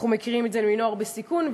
אנחנו מכירים את זה מנוער בסיכון,